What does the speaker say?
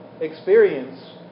experience